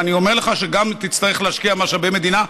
ואני אומר לך שגם אם תצטרך להשקיע משאבי מדינה,